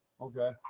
okay